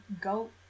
go